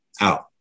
out